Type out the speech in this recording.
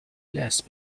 less